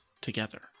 together